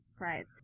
Right